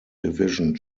division